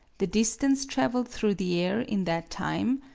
the distance traveled through the air in that time,